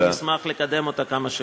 ונשמח לקדם אותן כמה שיותר מהר.